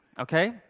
okay